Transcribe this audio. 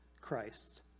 Christ